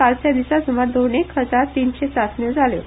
कालच्या दिसा सुमार दोनेक हजार तिनशें चाचण्यो जाल्यो